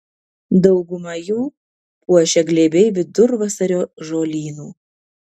daugumą jų puošia glėbiai vidurvasario žolynų